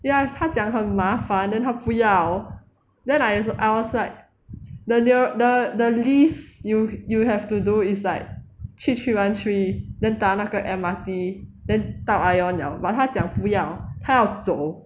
ya 他讲很麻烦 then 他不要 then I als~ I was like the near the the least you you have to do is like 去 three one three then 搭那个 M_R_T then 到 ion liao but 他讲不要他要走